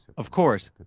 of course,